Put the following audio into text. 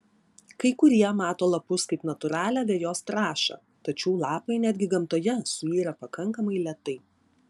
kai kurie mato lapus kaip natūralią vejos trąšą tačiau lapai netgi gamtoje suyra pakankamai lėtai